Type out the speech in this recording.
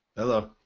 hello.